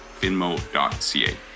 finmo.ca